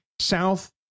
South